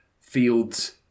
Fields